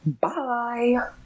bye